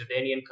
Jordanian